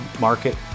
market